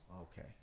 Okay